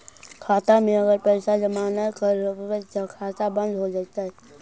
खाता मे अगर पैसा जमा न कर रोपबै त का होतै खाता बन्द हो जैतै?